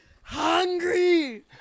hungry